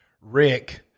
Rick